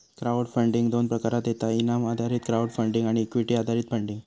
crowd funding दोन प्रकारात येता इनाम आधारित क्राउड फंडिंग आणि इक्विटी आधारित फंडिंग